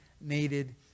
needed